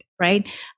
right